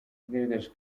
yagaragaje